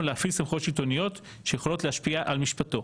להפעיל סמכויות שלטוניות שיכולות להשפיע על משפטו.